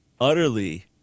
utterly